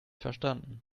verstanden